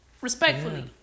Respectfully